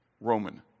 Roman